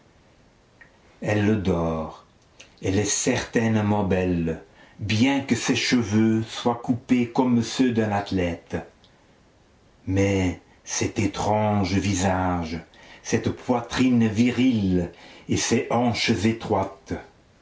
elle dort elle est certainement belle bien que ses cheveux soient coupés comme ceux d'un athlète mais cet étrange visage cette poitrine virile et ces hanches étroites